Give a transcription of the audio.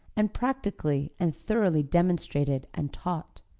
and practically and thoroughly demonstrated and taught.